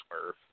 swerve